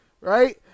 right